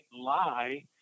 lie